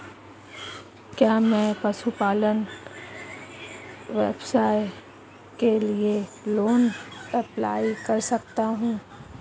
क्या मैं पशुपालन व्यवसाय के लिए लोंन अप्लाई कर सकता हूं?